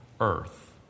earth